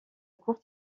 courte